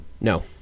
No